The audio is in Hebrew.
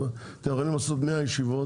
אתם יכולים לעשות 100 ישיבות,